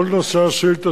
כל נושא השאילתות,